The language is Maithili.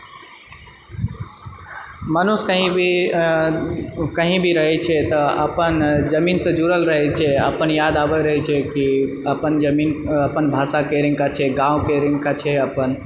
मनुष्य कही भी कही भी रहए छै तऽ अपन जमीनसँ जुड़ल रहए छै अपन याद आबैत रहए छै कि अपन जमीन अपन भाषा केहन छै अपन गांँव केहन छै अपन